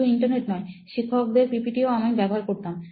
শুধু ইন্টারনেট নয় শিক্ষকদের পিপিটিও আমি ব্যবহার করতাম